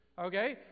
Okay